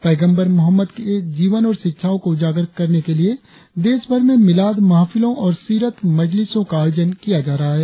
पैगंबर मोहम्मद के जीवन और शिक्षाओं को उजागार करने के लिए देश भर में मिलाद महफिलों और सीरत मजलिसों का आयोजन किया जा रहा है